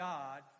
God